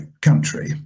country